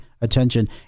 attention